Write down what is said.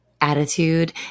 attitude